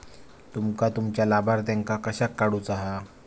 तुमका तुमच्या लाभार्थ्यांका कशाक काढुचा हा?